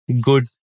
good